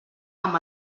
amb